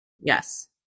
Yes